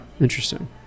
Interesting